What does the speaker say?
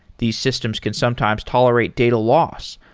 these systems can sometimes tolerate data loss,